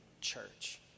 church